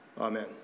Amen